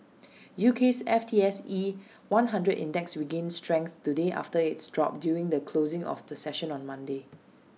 U K's F T S E one hundred index regained strength today after its drop during the closing of the session on Monday